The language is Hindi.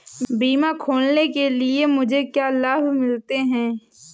बीमा खोलने के लिए मुझे क्या लाभ मिलते हैं?